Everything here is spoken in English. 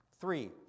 Three